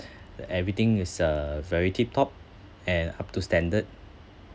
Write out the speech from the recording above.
everything is uh very tip top and up to standard